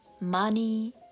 money